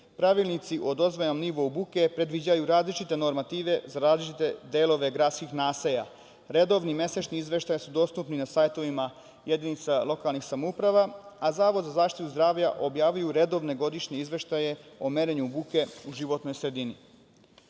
Pravilnici o dozvoljenom nivou buke predviđaju različite normative za različite delove gradskih naselja. Redovni, mesečni izveštaji su dostupni na sajtovima jedinca lokalnih samouprava, a Zavod za zaštitu zdravlja objavljuju redovne godišnje izveštaje o merenju buke u životnoj sredini. Godišnji